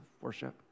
worship